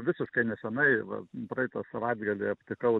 visiškai nesenai va praeitą savaitgalį aptikau